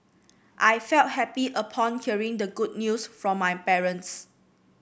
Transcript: I felt happy upon hearing the good news from my parents